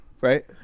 Right